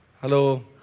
Hello